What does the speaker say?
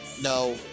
no